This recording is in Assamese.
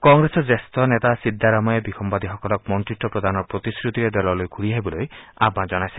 কংগ্ৰেছৰ জ্যেষ্ঠ নেতা সিদ্দাৰামায়াহই বিসম্বাদীসকলক মন্ত্ৰিত্ব প্ৰদানৰ প্ৰতিশ্ৰুতিৰে দললৈ ঘূৰি আহিবলৈ আহান জনাইছে